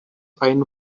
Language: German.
ein